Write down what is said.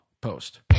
post